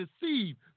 deceived